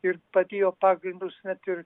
ir padėjo pagrindus net ir